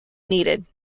needed